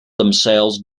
themselves